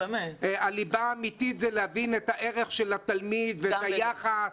הליבה האמתית זה להבין את הערך של התלמיד ואת היחס.